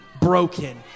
broken